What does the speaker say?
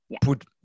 put